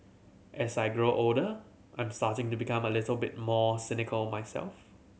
as I grow older I'm starting to become a little bit more cynical myself